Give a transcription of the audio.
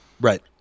Right